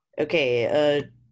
Okay